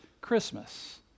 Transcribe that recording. Christmas